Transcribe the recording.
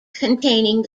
containing